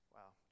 Wow